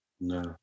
no